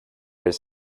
his